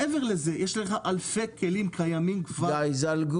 מעבר לזה יש לך אלפי כלים קיימים כבר בשוק.